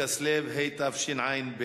בכסלו התשע"ב,